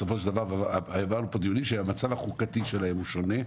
בסופו של דבר העברנו פה דיונים שהמצב החוקתי שלהם הוא שונה,